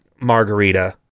Margarita